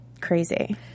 crazy